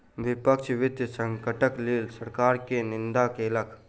विपक्ष वित्तीय संकटक लेल सरकार के निंदा केलक